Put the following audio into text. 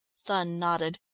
thun nodded.